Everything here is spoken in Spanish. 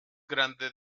grande